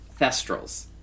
Thestrals